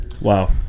Wow